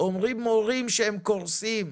מורי דרך אומרים שהם קורסים.